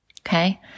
Okay